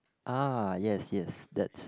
ah yes yes that's